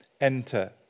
enter